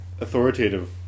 authoritative